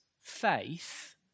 faith